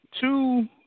Two